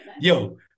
yo